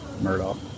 Murdoch